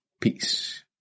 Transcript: Peace